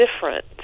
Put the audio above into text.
different